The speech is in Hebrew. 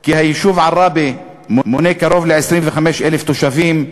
כי היישוב עראבה מונה קרוב ל-25,000 תושבים,